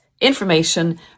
information